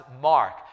Mark